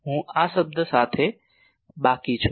હું આ પદ સાથે બાકી છું